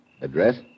address